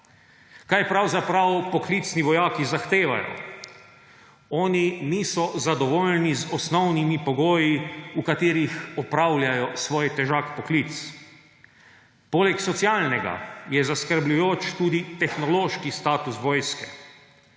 Kaj pravzaprav poklicni vojaki zahtevajo? Oni niso zadovoljni z osnovnimi pogoji, v katerih opravljajo svoj težak poklic. Poleg socialnega je zaskrbljujoč tudi tehnološki status vojske.